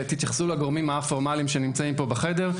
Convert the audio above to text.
תתייחסו לגורמים הא-פורמליים שנמצאים פה בחדר;